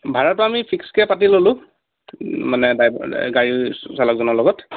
ভাড়াটো আমি ফিক্সকৈ পাতি ল'লো মানে ড্ৰাইভাৰ গাড়ীচালকজনৰ লগত